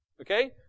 Okay